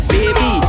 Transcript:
Baby